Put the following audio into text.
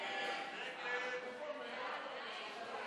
ההצעה להעביר לוועדה את הצעת